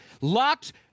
Locked